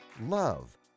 love